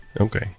Okay